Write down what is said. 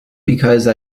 because